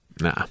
Nah